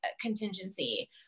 contingency